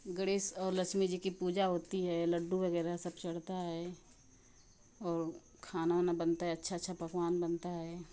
गणेश और लक्ष्मी जी की पूजा होती है लड्डू वगैरह सब चढ़ता है और खाना वाना बनता है अच्छा अच्छा पकवान बनता है